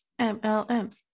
MLMs